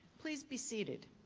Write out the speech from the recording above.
please be seated.